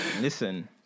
listen